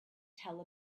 tell